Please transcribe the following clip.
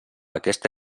aquesta